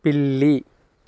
పిల్లి